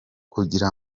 kugira